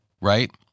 right